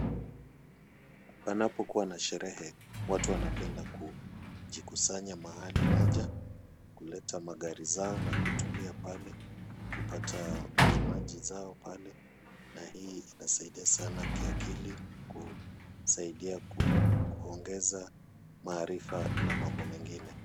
Panapokuwa na sherehe watu wanapenda kujikusanya mahali moja, kuleta magari zao na kutulia pale, kupata vinywaji zao pale na hii inasaidia sana kiakili kusaidia kuongeza marifa na mambo mengine.